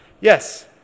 yes